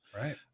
right